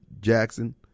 Jackson